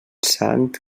sant